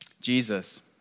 Jesus